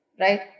right